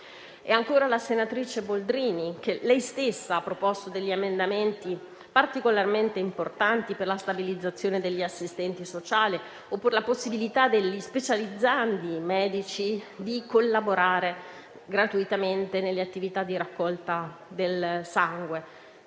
decreto. La senatrice Boldrini ha proposto degli emendamenti particolarmente importanti per la stabilizzazione degli assistenti sociali o per la possibilità degli specializzandi medici di collaborare gratuitamente nelle attività di raccolta del sangue.